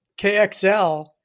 KXL